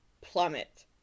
plummet